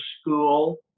school